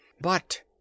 But